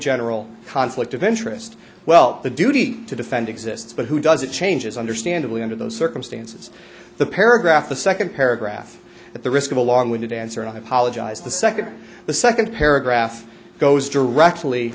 general conflict of interest well the duty to defend exists but who does it change is understandably under those circumstances the paragraph the second paragraph at the risk of a long winded answer i apologize the second the second paragraph goes directly